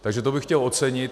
Takže to bych chtěl ocenit.